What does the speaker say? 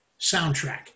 soundtrack